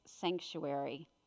sanctuary